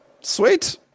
sweet